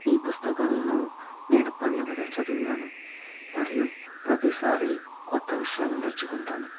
ఈ పుస్తకాలను నేను పదేపదే చదివాను మరియు ప్రతిసారి కొత్త విషయాలను నేర్చుకుంటాను